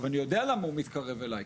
אני יודע למה הוא מתקרב אליי,